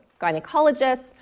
gynecologists